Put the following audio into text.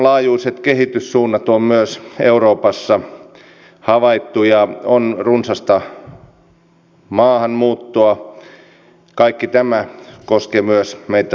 maailmanlaajuiset kehityssuunnat on myös euroopassa havaittu ja on runsasta maahanmuuttoa kaikki tämä koskee myös meitä suomalaisia